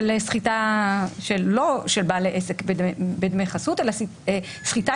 של סחיטה של בעל עסק בדמי חסות אלא סחיטה